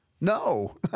No